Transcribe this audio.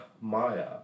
Maya